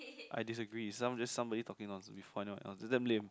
I disagree is just someone talking nonsense is damn lame